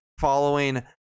following